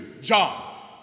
John